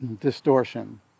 distortion